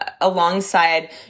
alongside